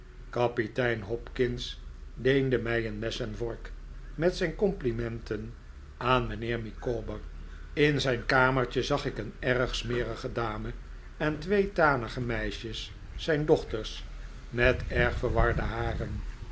kapitein hopkins leende mij een mes en vork met zijn complimenten aan mijnheer micawber in zijn kamertje zag ik een erg smerige dame en twee tanige meisjes zijn dochters met erg verwarde haren